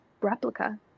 replica